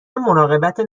مراقبت